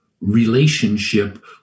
relationship